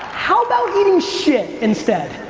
how about eating shit instead?